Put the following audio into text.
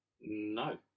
no